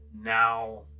now